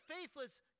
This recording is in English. faithless